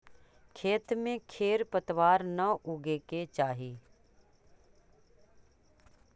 खेत में खेर पतवार न उगे के चाही